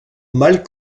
mal